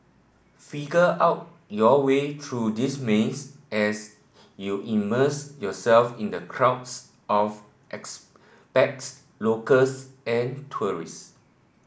figure out your way true this maze as you immerse yourself in the crowds of expats locals and tourists